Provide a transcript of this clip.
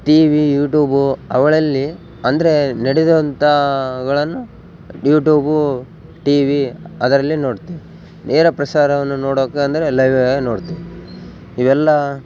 TV YouTube ಅವುಗಳಲ್ಲಿ ಅಂದರೆ ನಡೆದು ಅಂಥವುಗಳನ್ನು ಯೂಟೂಬು ಟಿವಿ ಅದರಲ್ಲಿ ನೋಡ್ತೀವಿ ನೇರ ಪ್ರಸಾರವನ್ನು ನೋಡೋಕೆ ಅಂದರೆ ಲೈವ್ಯೆ ನೋಡ್ತೀವಿ ಇವೆಲ್ಲ